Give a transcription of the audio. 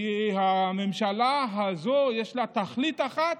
כי לממשלה הזו יש תכלית אחת,